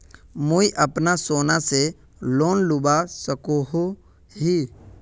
मुई अपना सोना से लोन लुबा सकोहो ही?